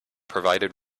provided